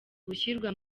gushyirwa